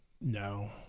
No